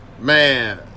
Man